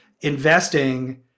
investing